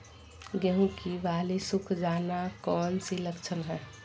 गेंहू की बाली सुख जाना कौन सी लक्षण है?